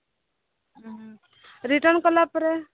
ହୁଁ ହୁଁ ରିଟର୍ନ କଲା ପରେ